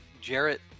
Jarrett